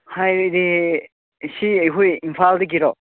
ꯍꯥꯏꯕꯗꯤ ꯑꯁꯤ ꯑꯩꯈꯣꯏ ꯏꯝꯐꯥꯜꯗꯒꯤꯔꯣ